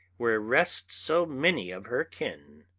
where rest so many of her kin,